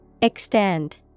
Extend